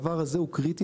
זה קריטי.